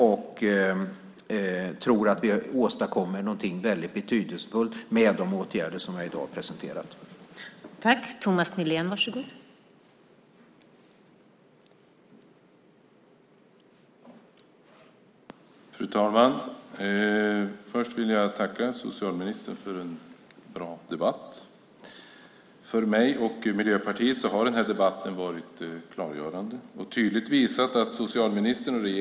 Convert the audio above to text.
Vi tror att vi åstadkommer något väldigt betydelsefullt med de åtgärder som jag har presenterat i dag.